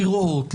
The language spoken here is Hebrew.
לראות,